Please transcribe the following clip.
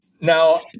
Now